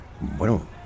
Bueno